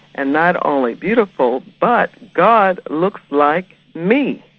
and not only beautiful but god looks like me,